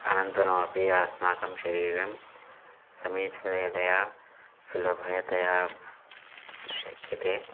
अनन्तरमपि अस्माकं शरीरं समीचीनतया सुलभतया शक्यते